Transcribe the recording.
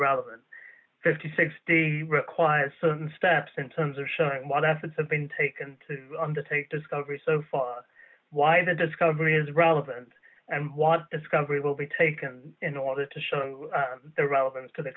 rather than fifty six dollars days require certain steps in terms of showing what assets have been taken to undertake discovery so far why the discovery is relevant and was discovery will be taken in order to show the relevance to the